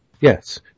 Yes